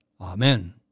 Amen